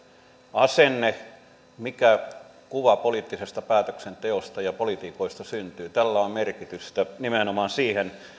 asenne eli mikä kuva poliittisesta päätöksenteosta ja politiikoista syntyy tällä on on merkitystä nimenomaan siihen